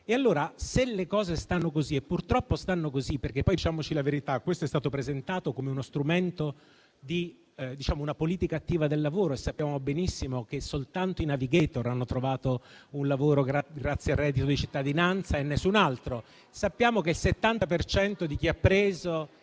a concorrervi. Purtroppo le cose stanno così, perché - diciamo la verità - questo è stato presentato come uno strumento di politica attiva del lavoro, ma sappiamo benissimo che soltanto i *navigator* hanno trovato un lavoro grazie al reddito di cittadinanza e nessun altro. Sappiamo che il 70 per cento di chi ha preso